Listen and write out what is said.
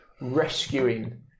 rescuing